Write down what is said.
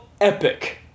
epic